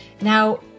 Now